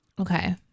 Okay